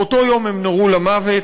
באותו יום הם נורו למוות,